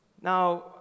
Now